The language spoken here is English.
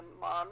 mom